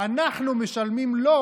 אתה אף פעם לא